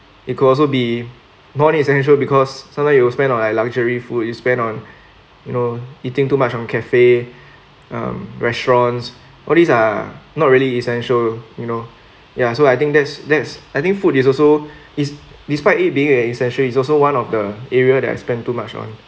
it could also be non essential because sometimes you will spend on like luxury food you spend on you know eating too much on cafe um restaurants all these are not really essential you know ya so I think that's that's I think food is also is despite it being a essential is also one of the area that I spend too much on